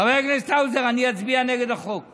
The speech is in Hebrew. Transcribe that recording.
חבר הכנסת האוזר, אני אצביע נגד החוק שלך.